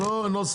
אין בעיה,